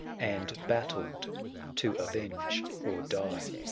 and battled to avenge or die.